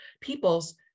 peoples